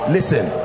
Listen